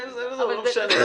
לא משנה.